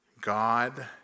God